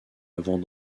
avant